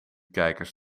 kijkers